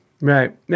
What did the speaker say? Right